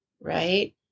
right